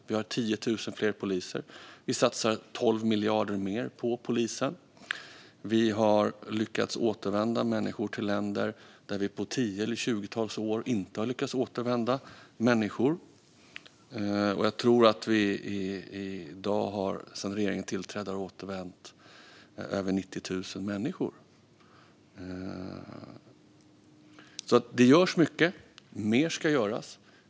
Vi har 10 000 fler poliser, vi satsar 12 miljarder kronor mer på polisen och vi har lyckats återsända människor till länder dit vi under 10 eller 20 år inte har lyckats återsända människor. Sedan regeringen tillträdde tror jag att vi har återsänt över 90 000 människor. Det görs alltså mycket, men mer ska göras.